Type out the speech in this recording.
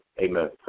Amen